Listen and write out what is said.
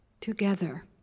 together